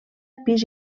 pis